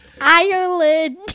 Ireland